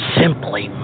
simply